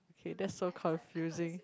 okay that's so confusing